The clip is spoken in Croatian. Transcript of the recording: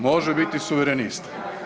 Može bit i Suverenista.